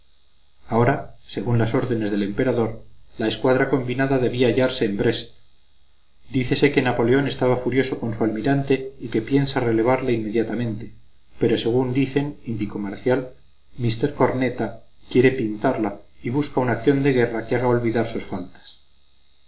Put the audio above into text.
ahora según las órdenes del emperador la escuadra combinada debía hallarse en brest dícese que napoleón está furioso con su almirante y que piensa relevarle inmediatamente pero según dicen indicó marcial mr corneta quiere pintarla y busca una acción de guerra que haga olvidar sus